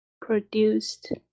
produced